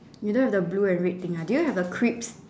you don't have the blue and red thing ha do you have the crisp